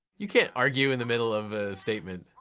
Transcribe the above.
you can't argue in the middle of a statement.